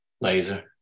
Laser